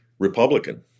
Republican